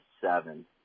seven